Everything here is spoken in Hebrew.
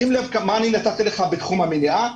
שים לב מה אמרתי לך בתחום המנועה,